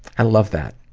i love that.